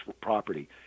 property